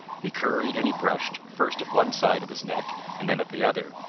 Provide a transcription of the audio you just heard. he curried and he brushed, first at one side of his neck, and then at the other.